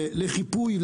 לחיפוי,